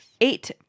Eight